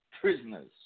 prisoners